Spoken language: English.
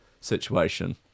situation